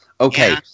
Okay